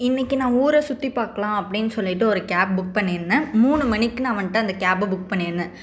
இன்னைக்கு நான் ஊரை சுற்றி பாக்கலாம் அப்படினு சொல்லிவிட்டு ஒரு கேப் புக் பண்ணி இருந்தேன் மூணு மணிக்கு நான் வந்துட்டு அந்த கேப்பை புக் பண்ணி இருந்தேன்